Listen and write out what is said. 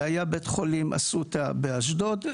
זה היה בית חולים "אסותא" באשדוד.